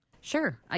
Sure